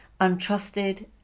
untrusted